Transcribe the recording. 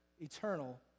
eternal